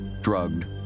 drugged